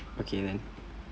okay then